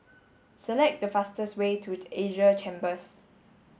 select the fastest way to Asia Chambers